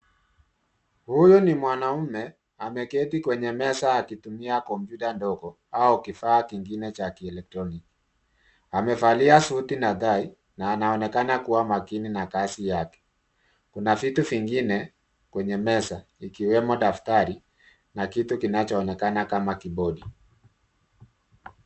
Huyu ni mwanaume ameketi kwenye meza akitumia komppyuta ndogo au kifaa kingine cha kielektroniki, amevalia suti na tai na anaonekana kua makini na kazi yake, kuna vitu vingine kwenye meza likiwemo daftari na kitu kinachoonekana kama kibodi.